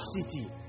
city